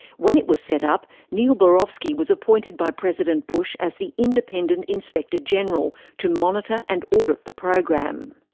when it was set up, neil barofsky was appointed by president bush as the independent inspector general to monitor and audit the program.